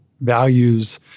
values